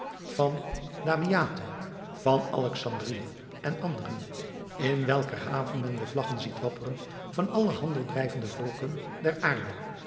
van damiate van alexandrië en anderen in welker haven men de vlaggen ziet wapperen van alle handeldrijvende volken der aarde